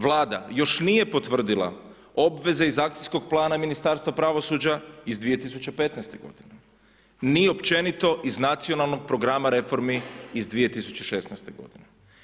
Vlada još nije potvrdila obveze iz akcijskog plana Ministarstva pravosuđa iz 2015. godine, ni općenito iz nacionalnog programa reformi iz 2016. godine.